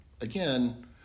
Again